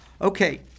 Okay